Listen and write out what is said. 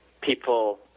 people